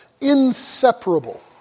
inseparable